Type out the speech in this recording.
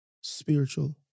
spiritual